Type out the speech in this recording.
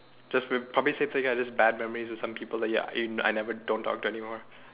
just p~ probably say I got bad memory like some people ya in I never t~ talk to anyone